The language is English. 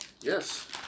Yes